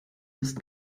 ist